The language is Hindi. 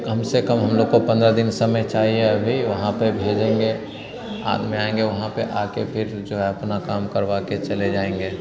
कम से कम हम लोगों को पन्द्रह दिन समय चाहिए अभी वहाँ पर भेजेंगे आदमी आएँगे वहाँ पर आकर फिर जो है अपना काम करवा कर चले जाएँगे